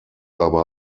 aber